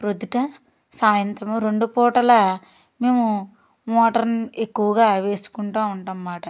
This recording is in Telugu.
ప్రొద్దున్న సాయంత్రము రెండు పూటలు మేము మోటర్ ఎక్కువగా వేసుకుంటు ఉంటాం అన్నమాట